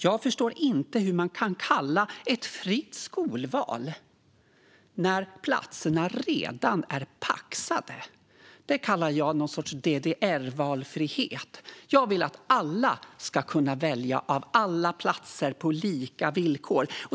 Jag förstår inte hur man kan kalla det ett fritt skolval när platserna redan är paxade; det kallar jag någon sorts DDR-valfrihet. Jag vill att alla ska kunna välja mellan alla platser på lika villkor.